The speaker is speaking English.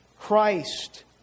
Christ